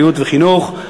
בריאות וחינוך.